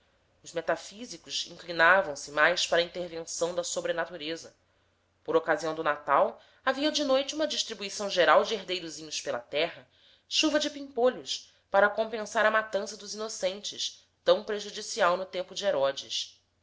os metafísicos inclinavam se mais para a intervenção da sobrenatureza por ocasião do natal havia de noite uma distribuição geral de herdeirozinhos pela terra chuva de pimpolhos para compensar a matança dos inocentes tão prejudicial no tempo de herodes